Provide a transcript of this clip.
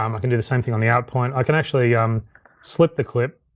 um i can do the same thing on the out point. i can actually um slip the clip.